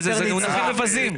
אלה מונחים מבזים.